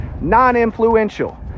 non-influential